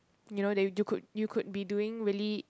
you know they you could you could be doing really